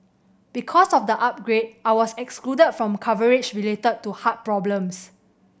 because of the upgrade I was excluded from coverage related to heart problems